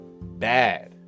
bad